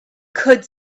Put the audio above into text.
could